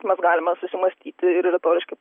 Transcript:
mes galime susimąstyti ir retoriškai